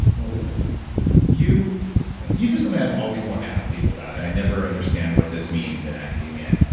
wonderful you you do something i've always wanted to ask people about and i never understand what this means in academia.